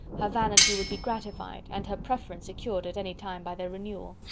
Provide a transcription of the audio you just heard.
her vanity would be gratified, and her preference secured at any time by their renewal.